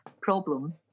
problem